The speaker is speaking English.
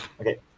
Okay